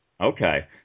Okay